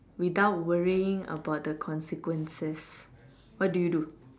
without worrying about the consequences what do you do